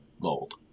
mold